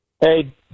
Hey